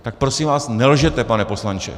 Tak prosím vás nelžete, pane poslanče.